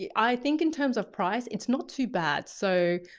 i think in terms of price it's not too bad. so,